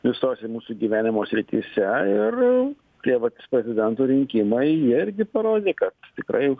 visose mūsų gyvenimo srityse ir tie vat prezidento rinkimai jie irgi parodė kad tikrai